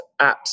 apps